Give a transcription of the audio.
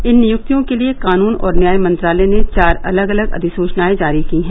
इन नियुक्तियों के लिए कानून और न्याय मंत्रालय ने चार अलग अलग अधिसूचनाए जारी की हैं